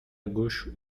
gauche